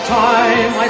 time